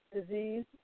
disease